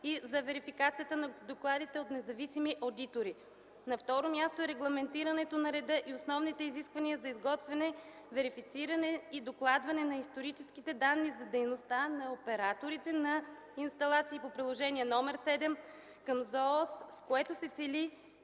и за верификация на докладите от независими одитори. На второ място е регламентирането на реда и основните изисквания за изготвяне, верифициране и докладване на историческите данни за дейността на операторите на инсталации по приложение № 7 към ЗООС, с което се цели